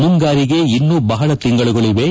ಮುಂಗಾರಿಗೆ ಇನ್ನೂ ಬಹಳ ತಿಂಗಳುಗಳಿವೆ